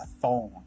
phone